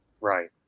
Right